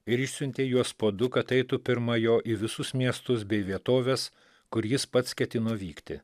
ir išsiuntė juos po du kad eitų pirma jo į visus miestus bei vietoves kur jis pats ketino vykti